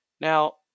Now